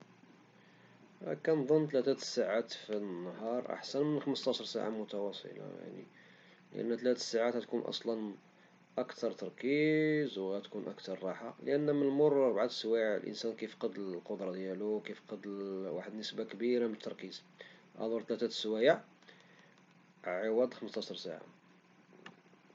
كنظن ثلاثة د الساعات في النهار احسن من خمسطاش ساعة متواصلة لأن ثلاثة د الساعات عتكون أكثر تركيز وعتكون أكثر راحة، لأن من مور أربعة د السوايع الانسان كيفقد القدرة ديالو، كيفقد واحد النسبة كبيرة ديال التركيز، ألور ثلاثة د الساعات على خمسطاش ساعة.